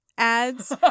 ads